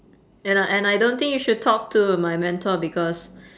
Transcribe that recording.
and I and I don't think you should talk to my mentor because